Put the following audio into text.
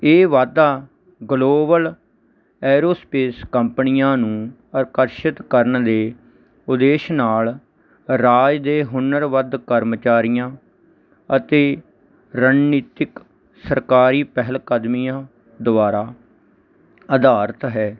ਇਹ ਵਾਧਾ global aerospace ਕੰਪਨੀਆਂ ਨੂੰ ਆਕਰਸ਼ਿਤ ਕਰਨ ਦੇ ਉਦੇਸ਼ ਨਾਲ ਰਾਜ ਦੇ ਹੁਨਰਵੱਧ ਕਰਮਚਾਰੀਆਂ ਅਤੇ ਰਣਨੀਤਿਕ ਸਰਕਾਰੀ ਪਹਿਲ ਕਦਮੀਆਂ ਦੁਆਰਾ ਅਧਾਰਿਤ ਹੈ